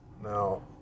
Now